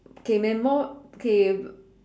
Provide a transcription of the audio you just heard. K memor~ K